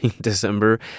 December